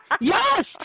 Yes